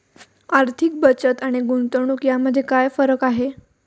आर्थिक बचत आणि गुंतवणूक यामध्ये काय फरक आहे?